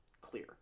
clear